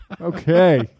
Okay